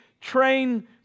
train